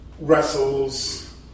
wrestles